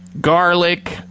Garlic